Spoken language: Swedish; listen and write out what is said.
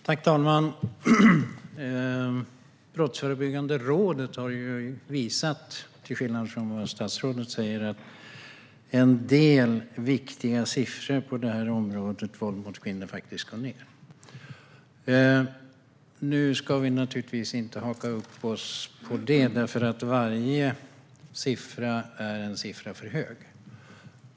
Herr talman! Brottsförebyggande rådet har visat, till skillnad från vad statsrådet säger, att en del viktiga siffror på området våld mot kvinnor faktiskt går ned. Vi ska naturligtvis inte haka upp oss på detta, för varje siffra är en för hög siffra.